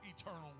eternal